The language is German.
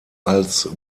als